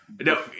No